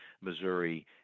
Missouri